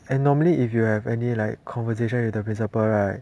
and normally if you have any like conversation with the principal right